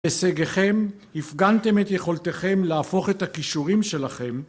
הישגכם, הפגנתם את יכולתכם להפוך את הכישורים שלכם